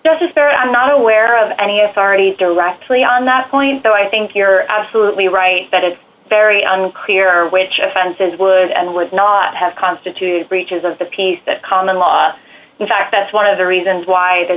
there i'm not aware of any authority directly on that point though i think you're absolutely right that it's very unclear which offenses would and would not have constituted breaches of the peace that common law in fact that's one of the reasons why th